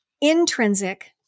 Intrinsic